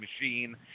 Machine